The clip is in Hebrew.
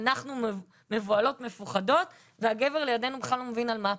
אנחנו מבהולות ומפוחדות והגבר לידינו בכלל לא מבין על מה הפחד.